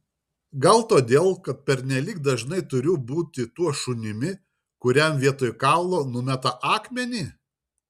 gal todėl kad pernelyg dažnai turiu būti tuo šunimi kuriam vietoj kaulo numeta akmenį